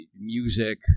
music